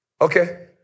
Okay